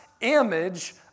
image